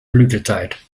blütezeit